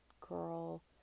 girl